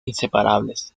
inseparables